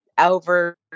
over